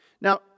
Now